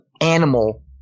animal